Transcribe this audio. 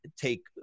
take